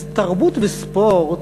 אז תרבות וספורט,